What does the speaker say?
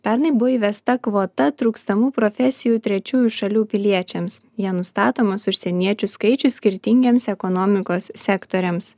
pernai buvo įvesta kvota trūkstamų profesijų trečiųjų šalių piliečiams ja nustatomas užsieniečių skaičius skirtingiems ekonomikos sektoriams